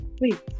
wait